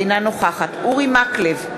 אינה נוכחת אורי מקלב,